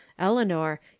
Eleanor